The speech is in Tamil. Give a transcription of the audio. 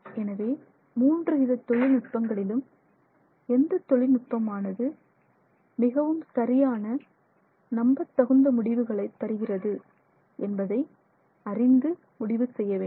எனவே மூன்றுவித தொழில்நுட்பங்களிலும் எந்த தொழில்நுட்பமானது மிகவும் சரியான நம்பத்தகுந்த முடிவுகளை தருகிறது என்பதை அறிந்து முடிவு செய்ய வேண்டும்